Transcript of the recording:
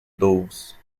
doves